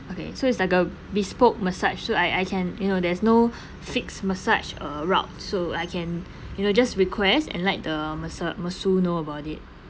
okay so it's like a bespoke massage so I I can you know there's no fixed massage uh route so I can you know just request and like the masa~ masseuse know about it